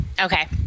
Okay